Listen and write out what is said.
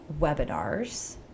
webinars